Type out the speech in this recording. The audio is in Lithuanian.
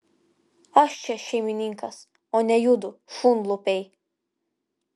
aš čia šeimininkas o ne judu šunlupiai